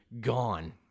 gone